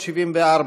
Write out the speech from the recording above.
374,